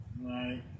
Right